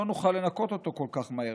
לא נוכל לנקות אותו כל כך מהר,